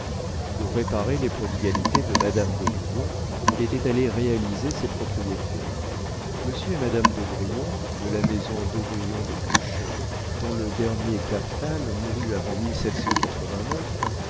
pour réparer les prodigalités de madame d'aubrion il était allé réaliser ses propriétés monsieur et madame d'aubrion de la maison d'aubrion de buch dont le dernier captal mourut avant